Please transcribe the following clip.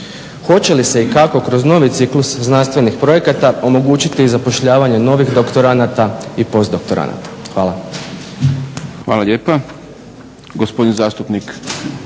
Hoće li se i kako kroz novi ciklus znanstvenih projekata omogućiti i zapošljavanje novih doktoranata i postdoktoranata? Hvala. **Šprem, Boris